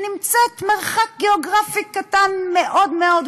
שנמצאת במרחק גיאוגרפי קטן מאוד מאוד,